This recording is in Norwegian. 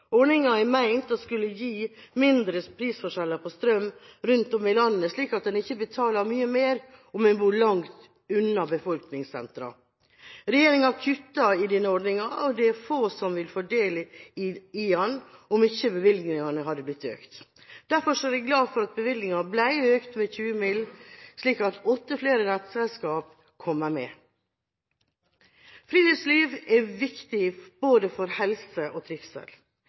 Ordninga er ment å skulle gi mindre prisforskjeller på strøm rundt om i landet, slik at en ikke betaler mye mer om en bor langt unna befolkningssentra. Regjeringa har kuttet i denne ordninga. Det er få som vil få del i den, om ikke bevilgningene hadde blitt økt. Derfor er vi glad for at bevilgninga ble økt med 20 mill. kr, slik at åtte flere nettselskaper kommer med. Friluftsliv er viktig både for helse og for trivsel.